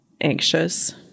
anxious